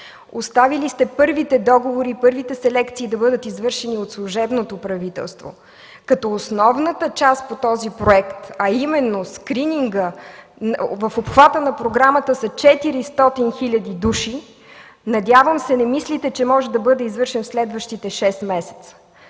Оставили сте първите договори и първите селекции да бъдат извършени от служебното правителство, като основната част по този проект, а именно скрининга, в обхвата на програмата са 400 хил. души. Надявам се не мислите, че може да бъде извършен в следващите 6 месеца.